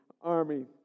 Army